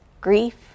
Grief